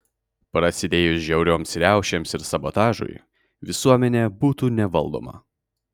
prasidėjus žiaurioms riaušėms ir sabotažui visuomenė būtų nevaldoma